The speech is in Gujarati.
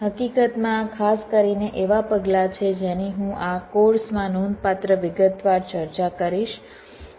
હકીકતમાં આ ખાસ કરીને એવા પગલાં છે જેની હું આ કોર્સ માં નોંધપાત્ર વિગતવાર ચર્ચા કરીશ